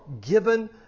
given